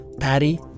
Patty